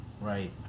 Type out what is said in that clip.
Right